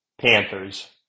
Panthers